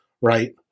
right